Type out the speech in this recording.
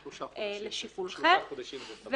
לשיקולכם.